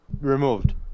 Removed